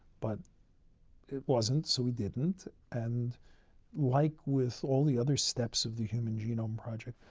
but it wasn't, so we didn't. and like with all the other steps of the human genome project,